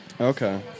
Okay